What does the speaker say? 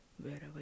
wherever